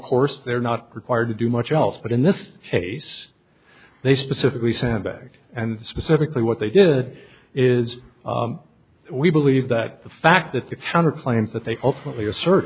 course they're not required to do much else but in this case they specifically sandbagged and specifically what they did is we believe that the fact that the counter claims that they ultimately a